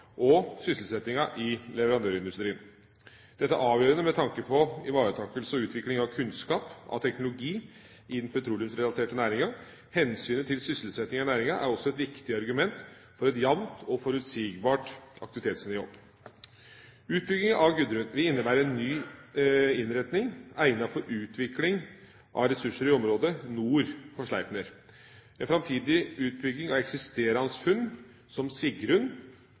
og sysselsettinga i leverandørindustrien. Dette er avgjørende med tanke på ivaretakelse og utvikling av kunnskap og teknologi innen petroleumsrelaterte næringer. Hensynet til sysselsetting i næringa er også et viktig argument for et jevnt og forutsigbart aktivitetsnivå. Utbygging av Gudrun vil innebære en ny innretning egnet for utvikling av ressurser i området nord for Sleipner. En framtidig utbygging av eksisterende funn, som